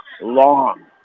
long